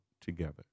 together